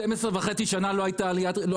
12 שנה וחצי לא היה שינוי.